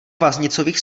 vaznicových